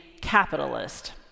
Capitalist